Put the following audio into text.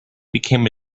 became